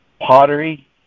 pottery